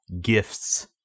Gifts